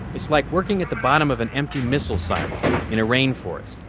it's like working at the bottom of an empty missile silo in a rain forest.